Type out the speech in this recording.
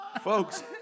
Folks